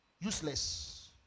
useless